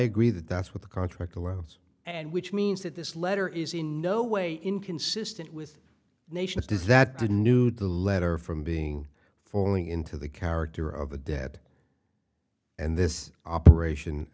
agree that that's what the contract allowance and which means that this letter is in no way inconsistent with nations does that the new the letter from being falling into the character of the debt and this operation